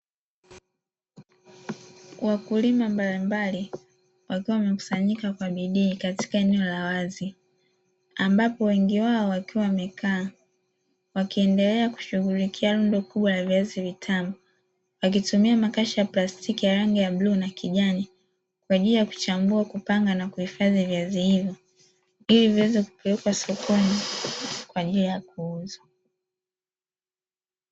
Wakulima mbalimbali wakiwa wamekusanyika kwa bidii katika eneo la wazi ambapo wengi wao wakiwa wamekaa wakiendelea kushughulikia rundo kubwa ya viazi vitamu wakitumia makashi ya plastiki ya rangi ya blue na kijani, kwa ajili ya kuchambua kupanga na kuhifadhi viazi hilo ili viweze kukiuka sokoni kwa ajili ya kuuzwa.